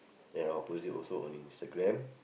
and I post it also on Instagram